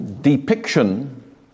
depiction